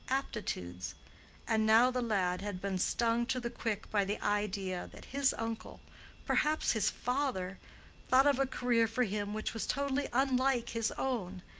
aptitudes and now the lad had been stung to the quick by the idea that his uncle perhaps his father thought of a career for him which was totally unlike his own,